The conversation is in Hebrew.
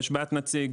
יש בעיית נציג,